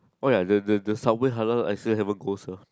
oh ya the the Subway Halal hasn't closed ah